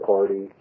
Party